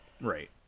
right